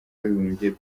w’abibumbye